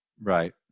Right